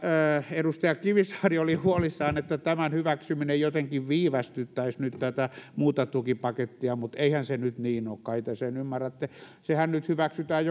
edustaja kivisaari oli huolissaan että tämän hyväksyminen jotenkin viivästyttäisi nyt tätä muuta tukipakettia mutta eihän se nyt niin ole kai te sen ymmärrätte sehän nyt hyväksytään